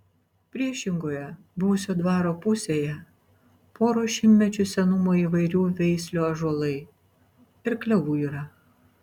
priešingoje buvusio dvaro pusėje poros šimtmečių senumo įvairių veislių ąžuolai ir klevų yra